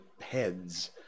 heads